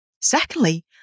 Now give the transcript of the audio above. Secondly